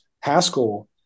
Haskell